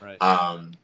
Right